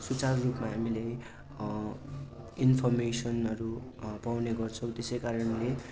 सुचारू रूपमा हामीले इन्फर्मेसनहरू पाउने गर्छौँ त्यसै कारणले